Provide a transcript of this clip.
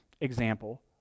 example